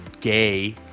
gay